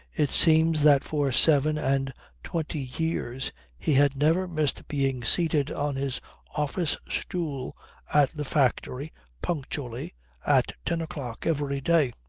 it seems that for seven and twenty years he had never missed being seated on his office-stool at the factory punctually at ten o'clock every day.